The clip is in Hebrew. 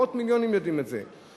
מאות מיליונים יודעים את זה.